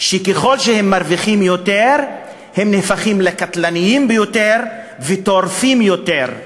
שככל שהם מרוויחים יותר הם נהפכים לקטלניים ביותר וטורפים יותר.